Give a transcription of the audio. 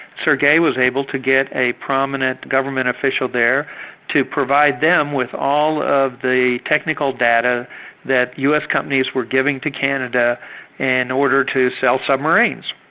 sergei was able to get a prominent government official there to provide them with all of the technical data that us companies were giving to canada in order order to sell submarines.